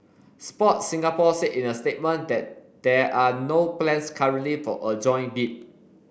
Sports Singapore said in a statement that there are no plans currently for a joint bid